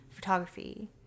photography